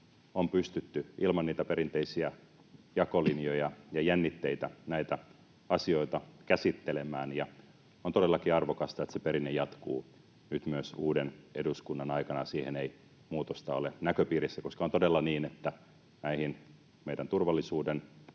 on pystytty ilman niitä perinteisiä jakolinjoja ja jännitteitä näitä asioita käsittelemään, ja on todellakin arvokasta, että se perinne jatkuu. Nyt myöskään uuden eduskunnan aikana siihen ei muutosta ole näköpiirissä. On todella niin, että näihin meidän turvallisuuden,